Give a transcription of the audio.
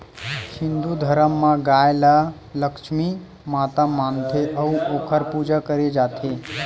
हिंदू धरम म गाय ल लक्छमी माता मानथे अउ ओखर पूजा करे जाथे